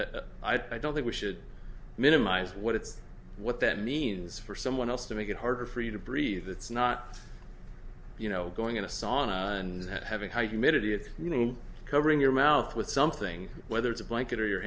breathe i don't think we should minimize what it's what that means for someone else to make it harder for you to breathe it's not you know going in a sauna and having high humidity with you know covering your mouth with something whether it's a blanket or your